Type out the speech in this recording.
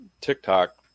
TikTok